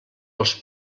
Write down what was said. els